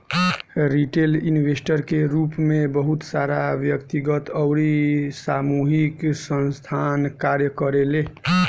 retail investor के रूप में बहुत सारा व्यक्तिगत अउरी सामूहिक संस्थासन कार्य करेले